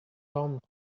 tomsk